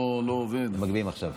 מגביהים עכשיו.